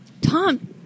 Tom